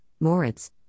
Moritz